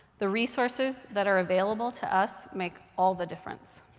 the resources that are available to us make all the difference.